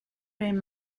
fame